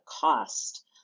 cost